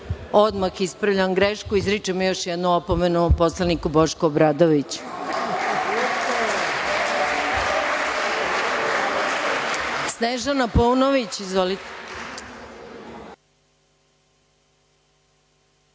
odmah ispravljam grešku, izričem još jednu opomenu poslaniku Bošku Obradoviću. Reč